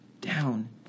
down